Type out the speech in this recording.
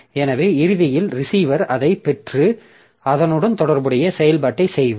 எனவே இறுதியில் ரிசீவர் அதைப் பெற்று அதனுடன் தொடர்புடைய செயல்பாட்டைச் செய்வார்